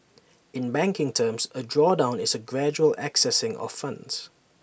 in banking terms A drawdown is A gradual accessing of funds